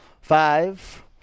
five